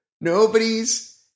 nobody's